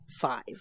five